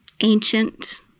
ancient